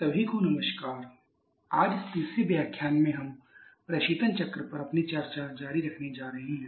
सभी को नमस्कार आज इस तीसरे व्याख्यान में हम प्रशीतन चक्र पर अपनी चर्चा जारी रखने जा रहे हैं